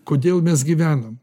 kodėl mes gyvenam